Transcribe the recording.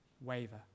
waver